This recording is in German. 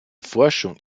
forschung